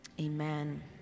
amen